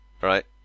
right